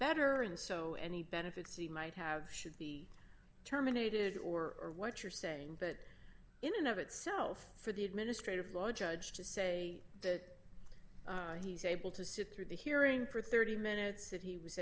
better and so any benefits he might have should be terminated or are what you're saying but in and of itself for the administrative law judge to say that he's able to sit through the hearing for thirty minutes that he was